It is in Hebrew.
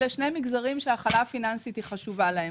אלה שני מגזרים שהכלה פיננסית חשובה להם.